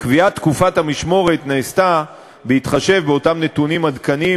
קביעת תקופת המשמורת נעשתה בהתחשב באותם נתונים עדכניים